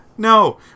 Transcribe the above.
No